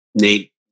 nate